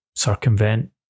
circumvent